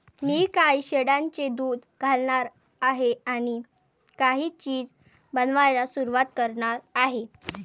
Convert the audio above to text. मी काही शेळ्यांचे दूध घालणार आहे आणि काही चीज बनवायला सुरुवात करणार आहे